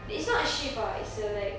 it's not a shift ah it's err like